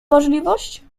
możliwość